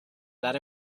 that